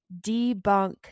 debunk